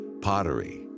Pottery